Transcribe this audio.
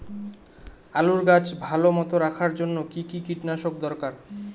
আলুর গাছ ভালো মতো রাখার জন্য কী কী কীটনাশক দরকার?